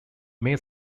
may